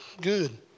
good